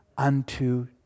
Unto